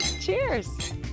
cheers